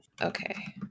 Okay